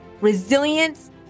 resilience